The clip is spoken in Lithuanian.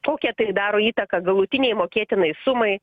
kokią tai daro įtaką galutinei mokėtinai sumai